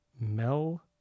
Mel